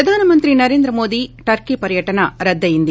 ప్రధాన మంత్రి నరేంద్ర మోదీ టర్కీ పర్యటన రద్దయింది